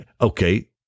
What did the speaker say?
okay